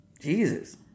Jesus